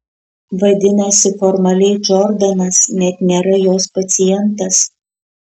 vadinasi formaliai džordanas net nėra jos pacientas